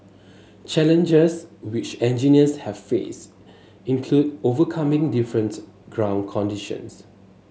challenges which engineers have faced include overcoming different ground conditions